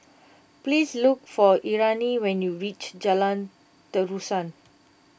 please look for Irena when you reach Jalan Terusan